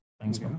thanks